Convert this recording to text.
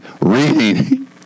reading